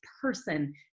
person